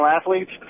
athletes